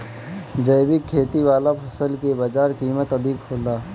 जैविक खेती वाला फसल के बाजार कीमत अधिक होला